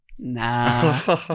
Nah